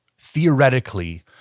theoretically